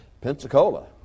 Pensacola